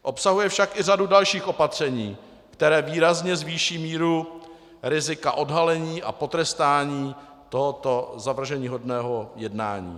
Obsahuje však i řadu dalších opatření, která výrazně zvýší míru rizika odhalení a potrestání tohoto zavrženíhodného jednání.